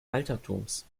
altertums